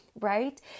Right